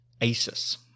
Asus